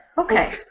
Okay